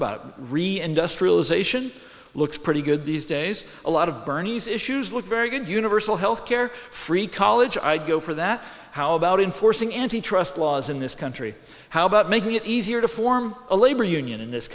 about reindustrialization looks pretty good these days a lot of bernie's issues look very good universal health care free college i'd go for that how about enforcing antitrust laws in this country how about making it easier to form a labor union in this